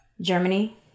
Germany